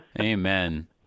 Amen